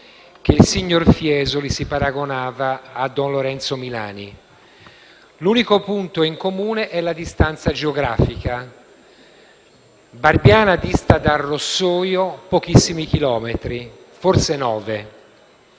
che il signor Fiesoli si paragonava a Don Lorenzo Milani. L'unico punto in comune è la distanza geografica: Barbiana dista da Rossoio pochissimi chilometri, forse nove.